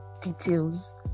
details